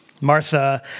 Martha